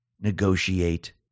negotiate